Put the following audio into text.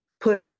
put